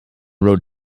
road